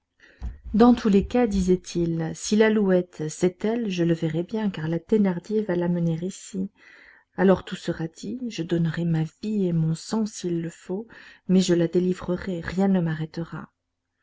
dans tous les cas disait-il si l'alouette c'est elle je le verrai bien car la thénardier va l'amener ici alors tout sera dit je donnerai ma vie et mon sang s'il le faut mais je la délivrerai rien ne m'arrêtera